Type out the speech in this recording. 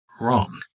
wrong